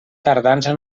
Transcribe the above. tardança